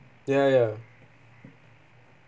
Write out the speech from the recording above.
ya ya